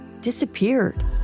disappeared